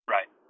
Right